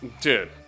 dude